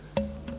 Hvala